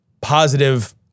positive